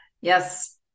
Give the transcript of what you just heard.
yes